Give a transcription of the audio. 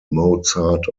mozart